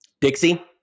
Dixie